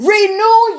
Renew